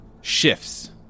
shifts